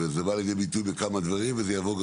וזה בא לידי ביטוי בכמה דברים וזה יבוא גם